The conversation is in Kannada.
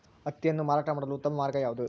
ಹತ್ತಿಯನ್ನು ಮಾರಾಟ ಮಾಡಲು ಉತ್ತಮ ಮಾರ್ಗ ಯಾವುದು?